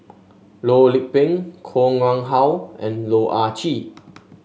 Loh Lik Peng Koh Nguang How and Loh Ah Chee